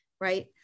Right